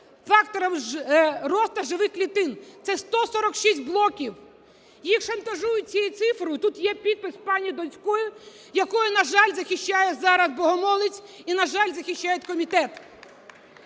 фактором росту живих клітин. Це 146 блоків. І їх шантажують цією цифрою. Тут є підпис пані Донської, яку, на жаль, захищає зараз Богомолець і, на жаль, захищає комітет.